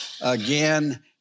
Again